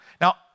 now